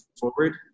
forward